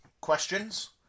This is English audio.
questions